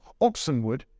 Oxenwood